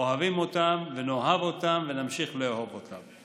אוהבים אותם ונאהב אותם ונמשיך לאהוב אותם.